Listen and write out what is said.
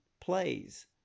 plays